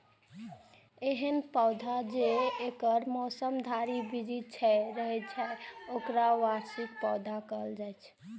एहन पौधा जे एके मौसम धरि जीवित रहै छै, ओकरा वार्षिक पौधा कहल जाइ छै